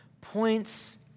points